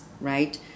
right